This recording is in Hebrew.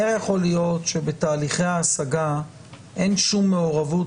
איך יכול להיות שבתהליכי ההשגה אין שום מעורבות,